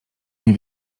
nie